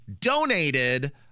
donated